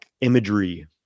imagery